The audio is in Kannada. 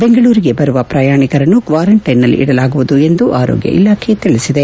ಬೆಂಗಳೂರಿಗೆ ಬರುವ ಪ್ರಯಾಣಿಕರನ್ನು ಕ್ವಾರಂಟೈನ್ನಲ್ಲಿ ಇಡಲಾಗುವುದು ಎಂದು ಆರೋಗ್ಯ ಇಲಾಖೆ ತಿಳಿಸಿದೆ